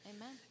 amen